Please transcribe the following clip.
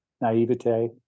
naivete